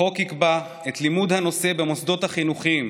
החוק יקבע את לימוד הנושא במוסדות החינוכיים,